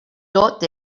tot